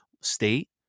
state